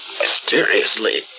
mysteriously